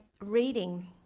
reading